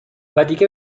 ودیگه